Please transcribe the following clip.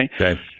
Okay